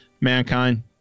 mankind